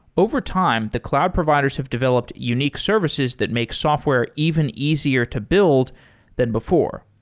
overtime, the cloud providers have developed unique services that makes software even easier to build than before.